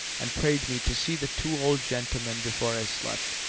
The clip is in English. and prayed me to see the two old gentlemen before i slept,